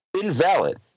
invalid